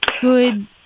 good